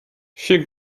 she